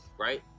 Right